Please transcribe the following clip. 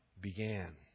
began